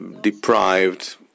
deprived